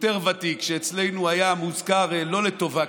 יותר ותיק שאצלנו היה מוזכר לא לטובה,